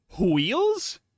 Wheels